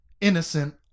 Innocent